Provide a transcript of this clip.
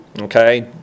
Okay